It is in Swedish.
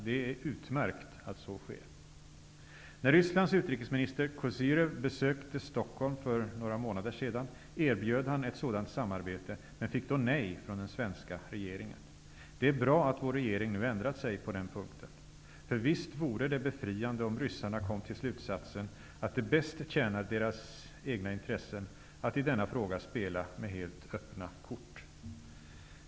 Det är utmärkt att så sker. Stockholm för några månader sedan, erbjöd han ett sådant samarbete men fick då nej från den svenska regeringen. Det är bra att vår regering nu ändrat sig på den punkten. För visst vore det befriande, om ryssarna kom till slutsatsen att det bäst tjänar deras egna intressen att i denna fråga spela med helt öppna kort.